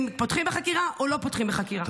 פותחים בחקירה או לא פותחים בחקירה.